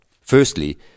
Firstly